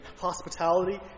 hospitality